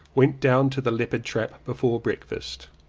went down to the leopard trap before breakfast.